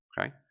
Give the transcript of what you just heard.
Okay